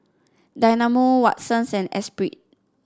Dynamo Watsons and Espirit